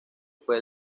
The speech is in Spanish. fue